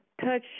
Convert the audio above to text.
Touch